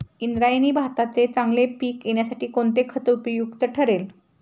इंद्रायणी भाताचे चांगले पीक येण्यासाठी कोणते खत उपयुक्त ठरेल?